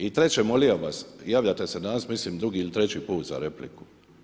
I treće, molio bi vas, javljate se danas, mislim drugi ili ili treći put za repliku.